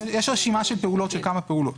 יש רשימה של פעולות, של כמה פעולות.